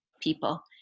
people